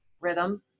rhythm